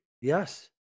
Yes